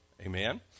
Amen